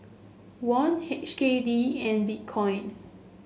Won H K D and Bitcoin